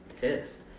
pissed